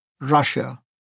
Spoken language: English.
Russia